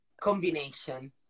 Combination